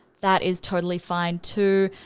that is totally fine too.